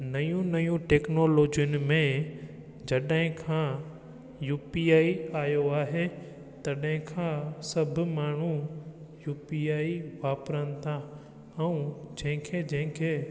नयूं नयूं टेक्नोलॉजियुनि में जॾहिं खां यू पी आई आयो आहे तॾहिं खां सभु माण्हूं यू पी आई वापिरनि था ऐं जंहिंखे जंहिंखे